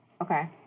Okay